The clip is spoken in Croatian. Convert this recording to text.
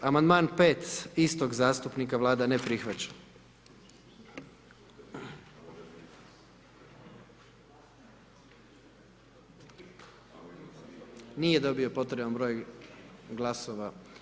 Amandman 5., istog zastupnika, Vlada ne prihvaća, nije dobio potreban broj glasova.